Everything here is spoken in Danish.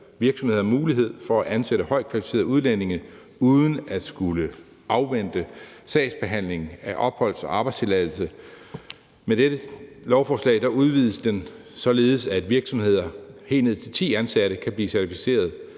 virksomheder mulighed for at ansætte højt kvalificerede udlændinge uden at skulle afvente sagsbehandling af opholds- og arbejdstilladelse. Med dette lovforslag udvides den, således at virksomheder med helt ned til ti ansatte kan blive certificeret